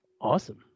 Awesome